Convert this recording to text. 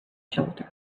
shoulder